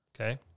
Okay